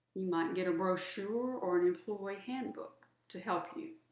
you might get a brochure or an employee handbook to help you.